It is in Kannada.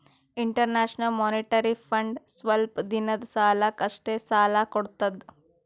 ಇಂಟರ್ನ್ಯಾಷನಲ್ ಮೋನಿಟರಿ ಫಂಡ್ ಸ್ವಲ್ಪ್ ದಿನದ್ ಸಲಾಕ್ ಅಷ್ಟೇ ಸಾಲಾ ಕೊಡ್ತದ್